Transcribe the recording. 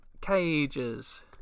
cages